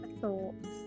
thoughts